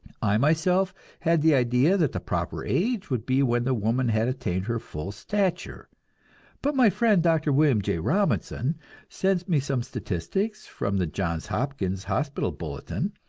i myself had the idea that the proper age would be when the woman had attained her full stature but my friend dr. william j. robinson sends me some statistics from the johns hopkins hospital bulletin,